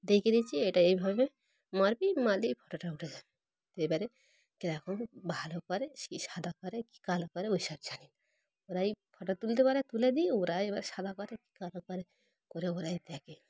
দেখে দিচ্ছি এটা এইভাবে মারবি মারলেই ফটোটা উঠে যাবে এবারে কীরকম ভালো করে কি সাদা করে কী কালো করে ওই সব জানি না ওরাই ফটো তুলতে পারে তুলে দিই ওরা এবার সাদা করে কি কালো করে করে ওরাই দেখে